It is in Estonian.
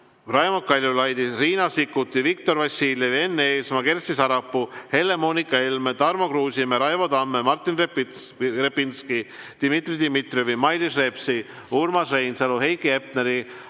Raimond Kaljulaidi, Riina Sikkuti, Viktor Vassiljevi, Enn Eesmaa, Kersti Sarapuu, Helle-Moonika Helme, Tarmo Kruusimäe, Raivo Tamme, Martin Repinski, Dmitri Dmitrijevi, Mailis Repsi, Urmas Reinsalu, Heiki Hepneri,